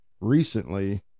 recently